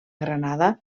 granada